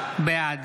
בעד